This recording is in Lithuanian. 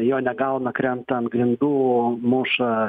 jo negauna krenta ant grindų muša